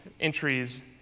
entries